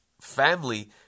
family